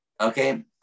okay